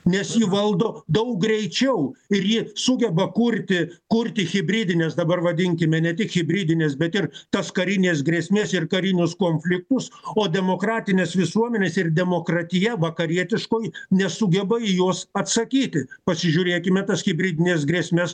nes ji valdo daug greičiau ir ji sugeba kurti kurti hibridines dabar vadinkime ne tik hibridines bet ir tas karines grėsmes ir karinius konfliktus o demokratinės visuomenės ir demokratija vakarietiškoj nesugeba į juos atsakyti pasižiūrėkime tas hibridines grėsmes